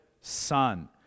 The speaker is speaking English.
son